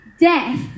death